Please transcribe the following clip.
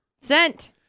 Sent